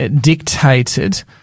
dictated